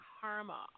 Karma